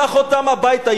שלח אותם הביתה.